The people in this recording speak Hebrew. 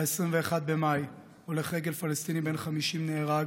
ב-21 במאי הולך רגל פלסטיני בן 50 נהרג